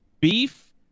Beef